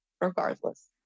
regardless